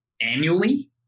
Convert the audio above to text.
annually